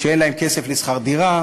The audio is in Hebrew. שאין להם כסף לשכר-דירה,